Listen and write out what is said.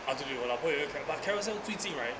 ah 对对我老婆又有 carousell but carousell 最近 right